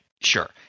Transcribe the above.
sure